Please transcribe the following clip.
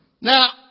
Now